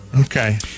Okay